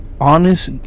honest